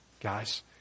guys